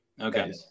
okay